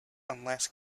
unless